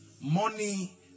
Money